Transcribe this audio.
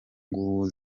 ng’ubu